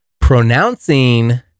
pronouncing